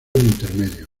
intermedio